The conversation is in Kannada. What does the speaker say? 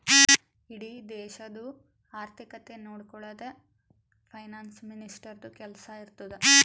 ಇಡೀ ದೇಶದು ಆರ್ಥಿಕತೆ ನೊಡ್ಕೊಳದೆ ಫೈನಾನ್ಸ್ ಮಿನಿಸ್ಟರ್ದು ಕೆಲ್ಸಾ ಇರ್ತುದ್